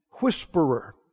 Whisperer